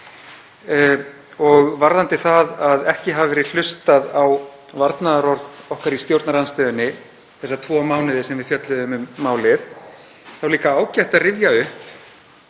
Og varðandi það að ekki hafi verið hlustað á varnaðarorð okkar í stjórnarandstöðunni þá tvo mánuði sem við fjölluðum um málið er líka ágætt að rifja